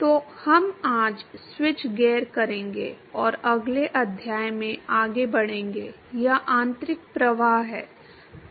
तो हम आज स्विच गियर करेंगे और अगले अध्याय में आगे बढ़ेंगे यह आंतरिक प्रवाह है